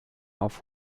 auf